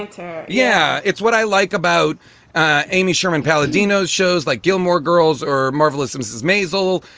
and yeah, it's what i like about amy sherman. palladino shows like gilmore girls or marvelous simpsons masel.